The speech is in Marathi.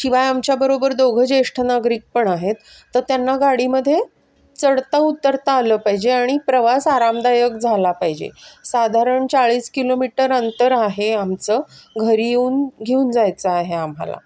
शिवाय आमच्याबरोबर दोघं ज्येष्ठ नागरिक पण आहेत तर त्यांना गाडीमध्ये चढता उतरता आलं पाहिजे आणि प्रवास आरामदायक झाला पाहिजे साधारण चाळीस किलोमीटर अंतर आहे आमचं घरी येऊन घेऊन जायचं आहे आम्हाला